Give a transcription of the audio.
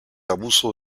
abuso